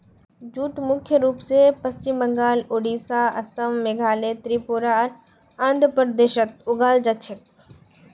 jute मुख्य रूप स पश्चिम बंगाल, ओडिशा, असम, मेघालय, त्रिपुरा आर आंध्र प्रदेशत उगाल जा छेक